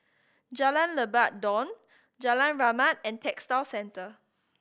Jalan Lebat Daun Jalan Rahmat and Textile Centre